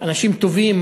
אנשים טובים,